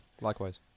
Likewise